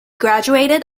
graduated